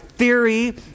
Theory